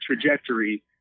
trajectory